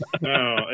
No